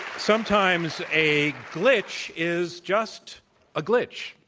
sometimes a glitch is just a glitch.